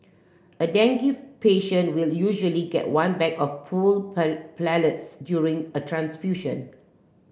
a dengue patient will usually get one bag of pooled platelets during a transfusion